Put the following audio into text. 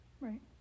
Right